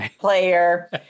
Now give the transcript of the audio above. player